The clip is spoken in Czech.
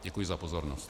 Děkuji za pozornost.